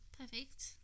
Perfect